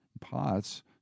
pots